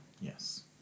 Yes